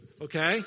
Okay